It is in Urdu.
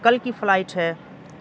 کل کی فلائٹ ہے